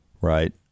Right